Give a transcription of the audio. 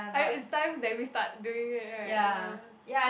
I it's time that we start doing it right ya